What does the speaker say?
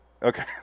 Okay